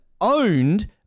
owned